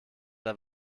der